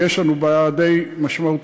ויש לנו בעיה די משמעותית,